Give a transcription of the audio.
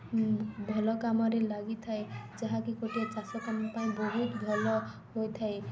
ଭଲ କାମରେ ଲାଗିଥାଏ ଯାହାକି ଗୋଟିଏ ଚାଷ କାମ ପାଇଁ ବହୁତ ଭଲ ହୋଇଥାଏ